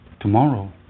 Tomorrow